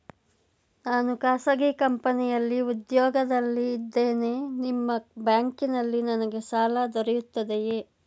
ನಾನು ಖಾಸಗಿ ಕಂಪನಿಯಲ್ಲಿ ಉದ್ಯೋಗದಲ್ಲಿ ಇದ್ದೇನೆ ನಿಮ್ಮ ಬ್ಯಾಂಕಿನಲ್ಲಿ ನನಗೆ ಸಾಲ ದೊರೆಯುತ್ತದೆಯೇ?